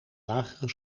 lagere